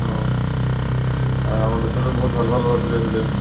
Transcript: অঁ আমাৰ বেচটোত বহুত ভাল ভাল ল'ৰা ছোৱালী আছিলে